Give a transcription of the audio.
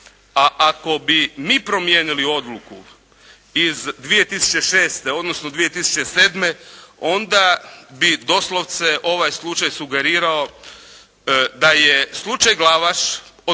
a ako bi mi promijenili Odluku iz 2006. odnosno 2007. onda bi doslovce ovaj slučaj sugerirao da je slučaj Glavaš od prvog